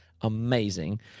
amazing